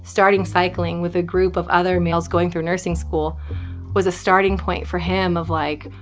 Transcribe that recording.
starting cycling with a group of other males going through nursing school was a starting point for him of, like,